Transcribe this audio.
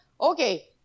okay